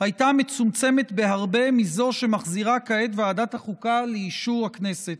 הייתה מצומצמת בהרבה מזו שמחזירה כעת ועדת החוקה לאישור הכנסת.